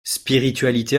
spiritualité